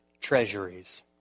treasuries